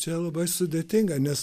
čia labai sudėtinga nes